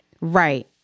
Right